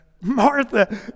Martha